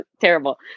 Terrible